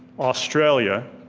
australia,